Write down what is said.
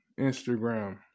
Instagram